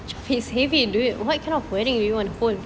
it's heavy dude what kind of wedding do you want to hold